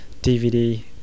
DVD